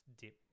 dip